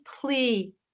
plea